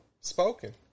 spoken